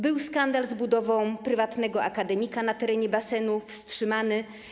Był skandal z budową prywatnego akademika na terenie basenu - wstrzymaną.